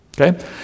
Okay